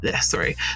sorry